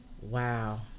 Wow